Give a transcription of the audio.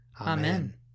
Amen